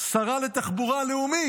שרה לתחבורה לאומית,